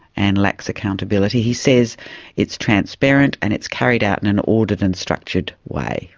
and lacks accountability. he says it's transparent and it's carried out in an ordered and structured way.